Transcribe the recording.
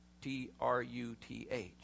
T-R-U-T-H